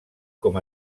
com